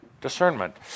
Discernment